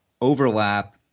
overlap